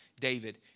David